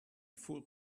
full